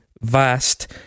Vast